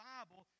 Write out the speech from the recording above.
Bible